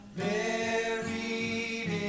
buried